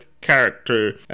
character